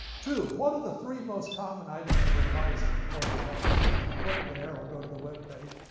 two. what are the three most common items of advice from course veterans? so if you click there, or go to the webpage,